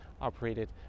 operated